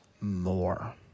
more